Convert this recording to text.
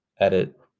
edit